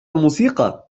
الموسيقى